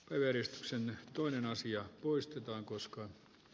vyöryssä toinen asia muistetaan koska